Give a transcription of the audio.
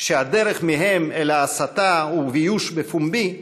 והדרך מהם אל ההסתה והביוש בפומבי קצרה.